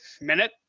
minute